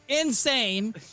insane